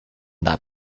that